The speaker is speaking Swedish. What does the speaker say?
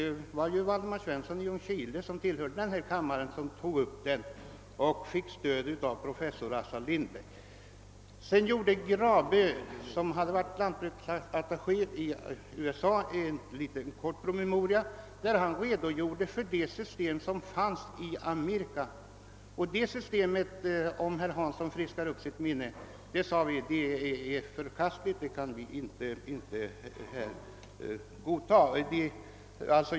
Det var herr Waldemar Svensson, tidigare ledamot av denna kammare, som tog upp den, och han fick stöd av professor Assar Lindbäck. Sedan skrev herr Grabö, som hade varit lantbruksattaché i USA, en kort promemoria där han redogjorde för det system som fanns i Amerika. Om herr Hansson friskar upp sitt minne, kanske han påminner sig att vi ansåg att det systemet var förkastligt och att vi inte kunde godta det.